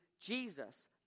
Jesus